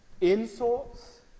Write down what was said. insults